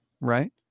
right